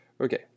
Okay